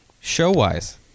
show-wise